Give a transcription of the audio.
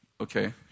Okay